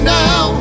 now